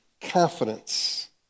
confidence